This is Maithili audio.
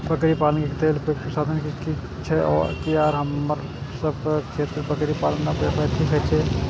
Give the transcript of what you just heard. बकरी पालन के लेल उपयुक्त संसाधन की छै आर की हमर सब के क्षेत्र में बकरी पालन व्यवसाय ठीक छै?